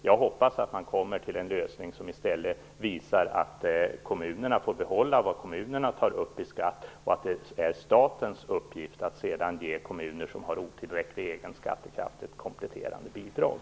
Jag hoppas att man kommer fram till en lösning som innebär att kommunerna får behålla vad de tar upp i skatt och att det sedan är statens uppgift att ge kommuner med otillräcklig skattekraft ett kompletterande bidrag.